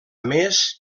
més